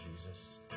Jesus